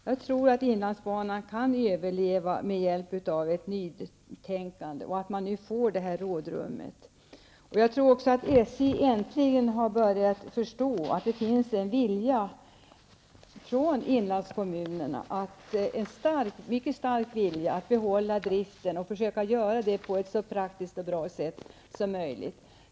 Jag tror att inlandsbanan kan överleva med hjälp av ett nytänkande, med användande av det rådrum som nu ges. Jag tror att SJ äntligen har börjat förstå att det finns en mycket stark vilja från inlandskommunerna att behålla driften och att försöka göra det på ett så praktiskt och bra sätt som möjligt.